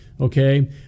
okay